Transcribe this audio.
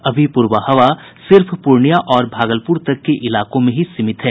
अभी पूर्वा हवा सिर्फ पूर्णियां और भागलपुर तक के इलाकों में ही सीमित है